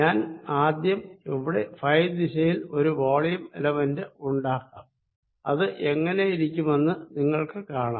ഞാൻ ആദ്യം ഇവിടെ ഫൈ ദിശയിൽ ഒരു വോളിയം എലമെന്റ് ഉണ്ടാക്കാം അത് എങ്ങിനെയിരിക്കുമെന്ന് നിങ്ങൾക്ക് കാണാം